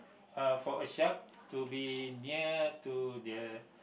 uh for a shark to be near to the